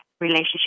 relationship